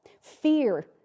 Fear